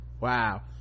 Wow